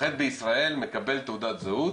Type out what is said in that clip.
נוחת בישראל, מקבל תעודת זהות